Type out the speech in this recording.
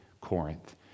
Corinth